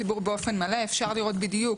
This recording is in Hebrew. אפשר לראות בדיוק